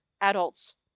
adults